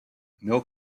mill